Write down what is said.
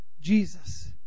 Jesus